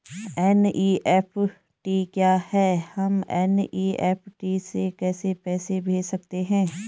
NEFT क्या है हम एन.ई.एफ.टी से कैसे पैसे भेज सकते हैं?